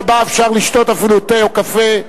שבה אפשר לשתות אפילו תה או קפה,